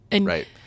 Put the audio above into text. Right